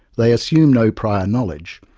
they assume no prior knowledge,